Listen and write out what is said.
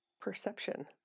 perception